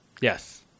Yes